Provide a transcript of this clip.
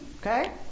Okay